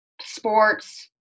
sports